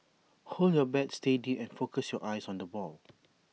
hold your bat steady and focus your eyes on the ball